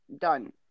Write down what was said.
Done